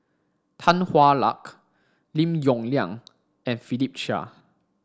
Tan Hwa Luck Lim Yong Liang and Philip Chia